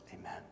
amen